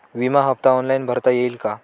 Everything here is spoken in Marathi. विमा हफ्ता ऑनलाईन भरता येईल का?